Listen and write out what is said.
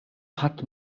ħadd